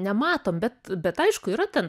nematom bet bet aišku yra ten